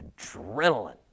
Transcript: Adrenaline